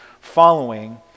following